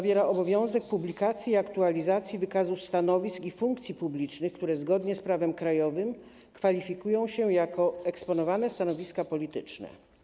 Wprowadza obowiązek publikacji i aktualizacji wykazu stanowisk i funkcji publicznych, które zgodnie z prawem krajowym można zakwalifikować jako eksponowane stanowiska polityczne.